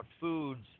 foods